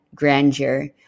grandeur